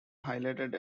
highlighted